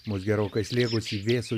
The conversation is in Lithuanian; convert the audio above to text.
mus gerokai slėgusį vėsų